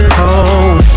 home